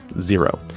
zero